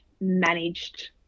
managed